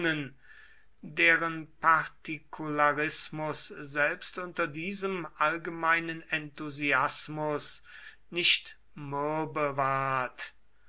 deren partikularismus selbst unter diesem allgemeinen enthusiasmus nicht mürbe ward